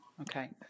Okay